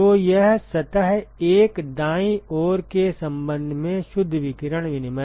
तो यह सतह 1 दायीं ओर के संबंध में शुद्ध विकिरण विनिमय है